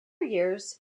years